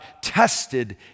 tested